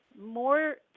more